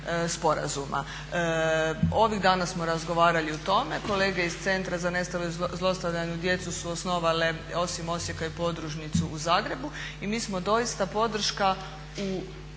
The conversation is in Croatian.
Ovih dana smo razgovarali o tome, kolege iz Centra za nestalu i zlostavljanu djecu su osnovali osim Osijeka i podružnicu u Zagrebu i mi smo doista podrška u